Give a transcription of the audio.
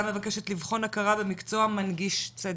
מבקשת לבחון הכרה במקצוע מנגיש צדק,